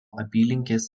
apylinkės